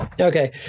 Okay